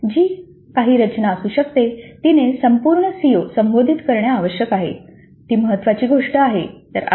अर्थात जी काही रचना असू शकते तिने संपूर्ण सीओ संबोधित करणे आवश्यक आहे ती महत्वाची गोष्ट आहे